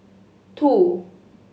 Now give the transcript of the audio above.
two